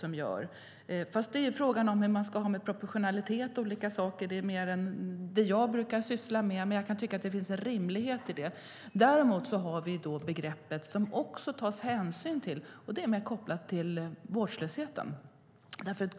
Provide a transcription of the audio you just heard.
Frågan är dock hur det blir med proportionalitet och olika saker. Det är mer än det jag brukar syssla med, men jag kan tycka att det finns en rimlighet i det. Däremot har vi det begrepp som det också tas hänsyn till, och det är "vårdslöshet".